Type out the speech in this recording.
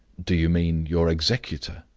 do you mean your executor?